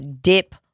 dip